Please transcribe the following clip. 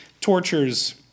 tortures